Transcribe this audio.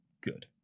good